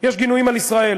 יש גינויים על ישראל,